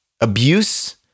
abuse